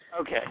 Okay